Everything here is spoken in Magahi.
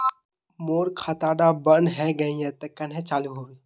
मोर खाता डा बन है गहिये ते कन्हे चालू हैबे?